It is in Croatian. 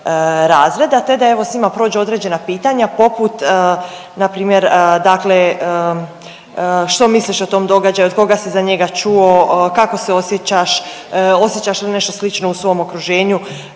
razreda te da evo sa svima prođu određena pitanja poput npr. dakle što misliš o tom događaju, od koga si za njega čuo, kako se osjećaš, osjećaš li nešto slično u svom okruženju